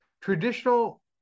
Traditional